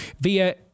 via